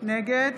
נגד